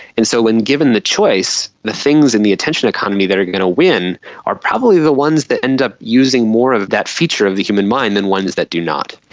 and so when given the choice, the things in the attention economy that are going to win are probably the ones that end up using more of that feature of the human mind than ones that do not.